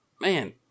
man